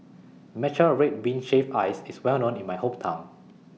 Matcha Red Bean Shaved Ice IS Well known in My Hometown